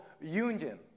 union